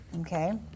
Okay